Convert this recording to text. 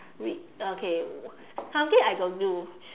read okay something I don't do